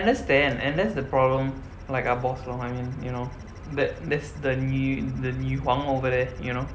understand and that's the problem like our boss lor I mean you know that that's the 女 the 女皇 over there you know